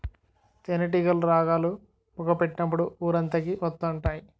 తేనేటీగలు రాగాలు, పొగ పెట్టినప్పుడు ఊరంతకి వత్తుంటాయి